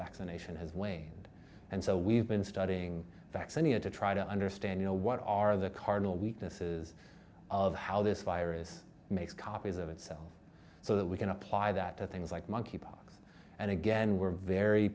vaccination has waned and so we've been studying saxony and to try to understand you know what are the cardinal weaknesses of how this virus makes copies of itself so that we can apply that to things like monkeypox and again we're very